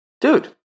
dude